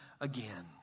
again